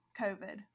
COVID